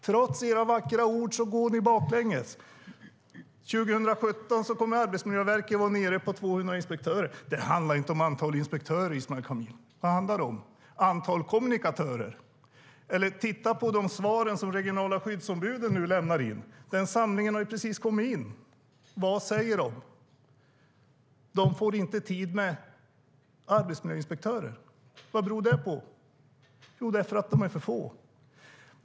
Trots era vackra ord går ni baklänges. År 2017 kommer Arbetsmiljöverket att ha 200 inspektörer. Det handlar inte om antalet inspektörer, säger Ismail Kamil. Men vad handlar det om - antalet kommunikatörer? Titta på de svar som de regionala skyddsombuden lämnar in. Den samlingen har precis kommit in. Vad säger de? De får inte tid att träffa arbetsmiljöinspektörer. Vad beror det på? Jo, därför att de är för få.